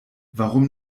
warum